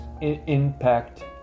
impact